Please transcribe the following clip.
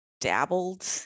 dabbled